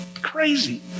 Crazy